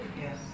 yes